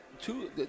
two